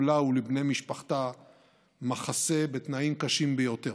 לה ולבני משפחתה מחסה בתנאים קשים ביותר.